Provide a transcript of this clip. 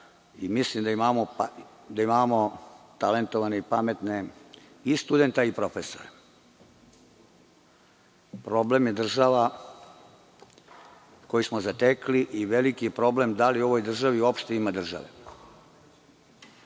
Mislim da imamo talentovane i pametne i studente i profesore. Problem je država koju smo zatekli i veliki je problem da li u ovoj državi uopšte ima države? Naša